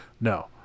No